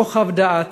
רוחב דעת